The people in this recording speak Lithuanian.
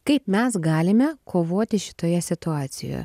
kaip mes galime kovoti šitoje situacijoje